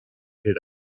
gilt